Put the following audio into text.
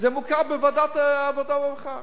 זה מעוכב בוועדת העבודה והרווחה.